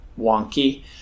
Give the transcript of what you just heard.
wonky